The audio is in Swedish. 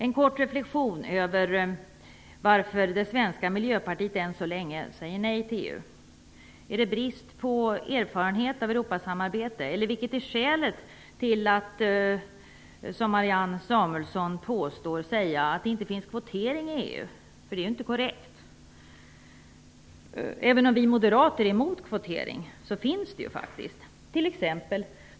En kort reflexion över varför det svenska miljöpartiet än så länge säger nej till EU: Är det brist på erfarenheter av Europasamarbete, eller vilket är skälet till att man - som Marianne Samuelsson gör - påstår att det inte finns kvotering i EU? Det är ju inte korrekt. Även om vi moderater är emot kvotering förekommer det ju faktiskt.